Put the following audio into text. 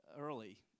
early